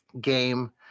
game